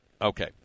Okay